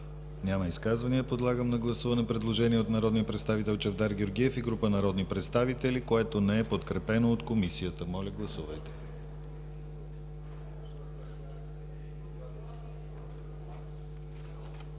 Няма изказвания. Подлагам на гласуване предложение от народния представител Чавдар Георгиев и група народни представители, което не е подкрепено от Комисията. Гласували